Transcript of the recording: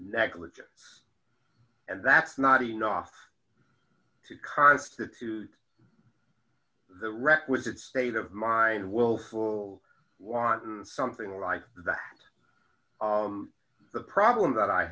negligence and that's not enough to constitute the requisite state of mind of willful wanton something like that the problem that i